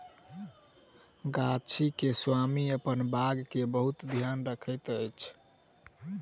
गाछी के स्वामी अपन बाग के बहुत ध्यान रखैत अछि